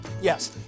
Yes